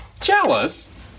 Jealous